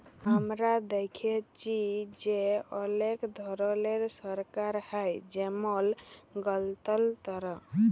আমরা দ্যাখেচি যে অলেক ধরলের সরকার হ্যয় যেমল গলতলতর